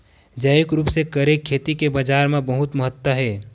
जैविक रूप से करे खेती के बाजार मा बहुत महत्ता हे